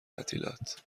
تعطیلات